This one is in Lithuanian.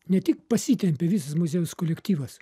ne tik pasitempė visas muziejaus kolektyvas